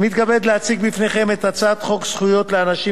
אני מתכבד להציג בפניכם את הצעת חוק זכויות לאנשים